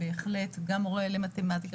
גם מורה למתמטיקה,